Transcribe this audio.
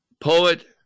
Poet